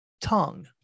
tongue